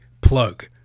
plug